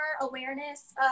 awareness